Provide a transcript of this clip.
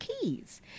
keys